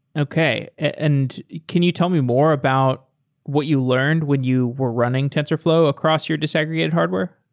okay. and can you tell me more about what you learned when you were running tensorflow across your disaggregated hardware?